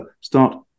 start